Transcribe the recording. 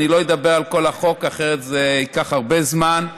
אני לא אדבר על כל החוק אחרת זה ייקח הרבה זמן,